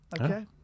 Okay